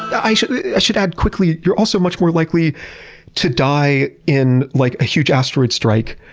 i should i should add quickly, you're also much more likely to die in like a huge asteroid strike